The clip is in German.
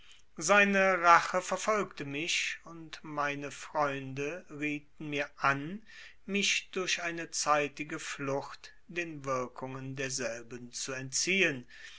seine rache verfolgte mich und meine freunde rieten mir an mich durch eine zeitige flucht den wirkungen derselben zu entziehen